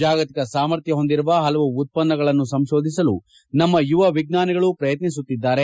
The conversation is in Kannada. ಜಾಗತಿಕ ಸಾಮರ್ಥ್ಯ ಹೊಂದಿರುವ ಹಲವು ಉತ್ಪನ್ನಗಳನ್ನು ಸಂಶೋಧಿಸಲು ನಮ್ಮ ಯುವ ವಿಜ್ಯಾನಿಗಳು ಪ್ರಯತ್ನಿಸುತ್ತಿದ್ದಾರೆ